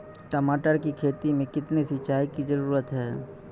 टमाटर की खेती मे कितने सिंचाई की जरूरत हैं?